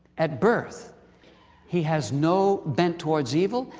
at birth he has no bent towards evil,